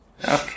Okay